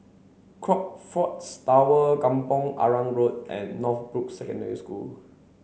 Crockfords Tower Kampong Arang Road and Northbrooks Secondary School